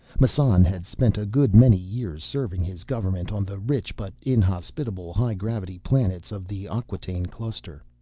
massan had spent a good many years serving his government on the rich but inhospitable high-gravity planets of the acquataine cluster.